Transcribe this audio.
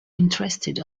interested